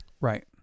Right